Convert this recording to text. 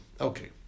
Okay